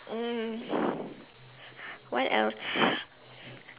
um what else